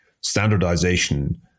Standardization